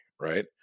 right